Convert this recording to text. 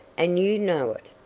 and you know it.